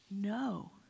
No